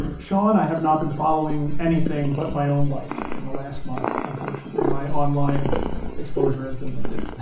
um sean, i have not been following anything, but my own life in the last month, unfortunately, my online exposure has been limited,